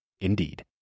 Indeed